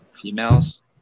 females